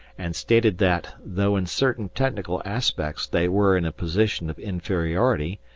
and stated that, though in certain technical aspects they were in a position of inferiority,